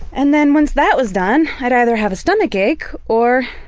and then once that was done, i'd either have a stomach ache or